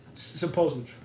Supposedly